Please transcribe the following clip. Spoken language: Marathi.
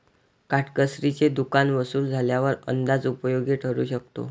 काटकसरीचे दुकान वसूल झाल्यावर अंदाज उपयोगी ठरू शकतो